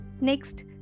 next